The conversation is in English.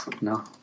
No